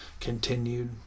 continued